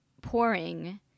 pouring